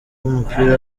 w’umupira